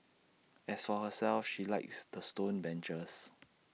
as for herself she likes the stone benches